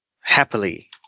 happily